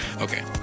Okay